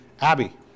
Abby